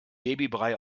babybrei